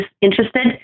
interested